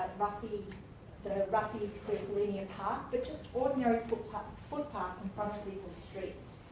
ruffey ruffey linear path but just ordinary footpaths footpaths in front of people's streets.